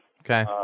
Okay